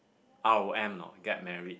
oh I'm not get married